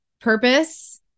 purpose